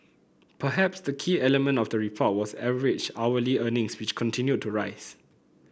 perhaps the key element of the report was average hourly earnings which continued to rise